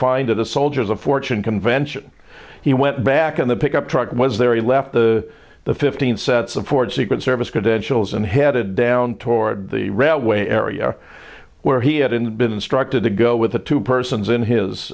of the soldiers of fortune convention he went back in the pickup truck was there he left the the fifteenth set support secret service credentials and headed down toward the railway area where he hadn't been instructed to go with the two persons in his